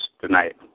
tonight